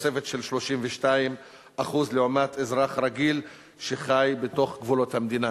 תוספת של 32% לעומת אזרח רגיל שחי בתוך גבולות המדינה.